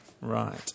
Right